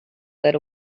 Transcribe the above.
that